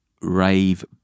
rave